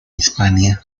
hispania